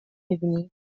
میبینی